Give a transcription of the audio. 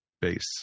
base